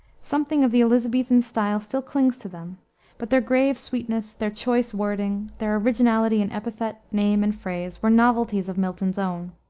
something of the elisabethan style still clings to them but their grave sweetness, their choice wording, their originality in epithet, name, and phrase, were novelties of milton's own.